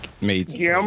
made